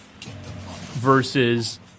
versus